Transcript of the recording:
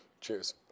Cheers